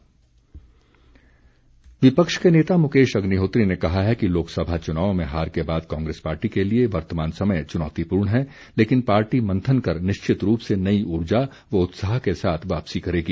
अग्निहोत्री विपक्ष के नेता मुकेश अग्निहोत्री ने कहा है कि लोकसभा च्नाव में हार के बाद कांग्रेस पार्टी के लिए वर्तमान समय चुनौतीपूर्ण है लेकिन पार्टी मंथन कर निश्चित रूप से नई ऊर्जा व उत्साह के साथ वापसी करेगी